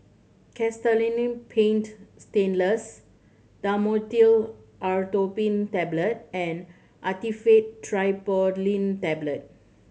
Castellanin Paint Stainless Dhamotil Atropine Tablet and Actifed Triprolidine Tablet